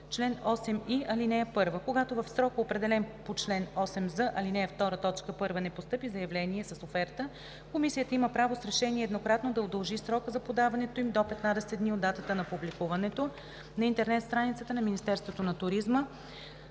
Чл. 8и. (1) Когато в срока, определен по чл. 8з, ал. 2, т. 1, не постъпи заявление с оферта, комисията има право с решение еднократно да удължи срока за подаването им до 15 дни от датата на публикуването на интернет страницата на Министерството на туризма